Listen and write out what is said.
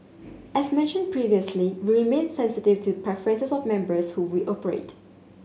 as mentioned previously we remain sensitive to preferences of members who we operate